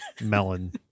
melon